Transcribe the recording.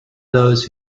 those